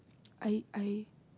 I I